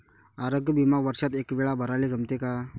आरोग्य बिमा वर्षात एकवेळा भराले जमते का?